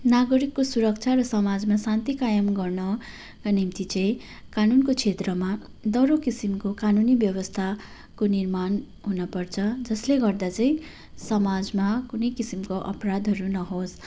नागरिकको सुरक्षा र समाजमा शान्ति कायम गर्नका निम्ति चाहिँ कानुनको क्षेत्रमा दह्रो किसिमको कानुनी व्यवस्थाको निर्माण हुनपर्छ जसले गर्दा चाहिँ समाजमा कुनै किसिमको अपराधहरू नहोस्